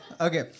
Okay